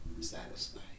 satisfied